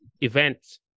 events